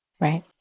Right